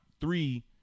three